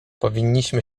powinniśmy